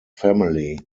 family